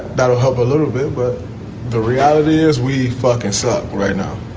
that'll help a little bit. but the reality is we fucking suck right now.